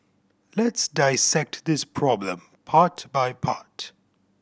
let's dissect this problem part by part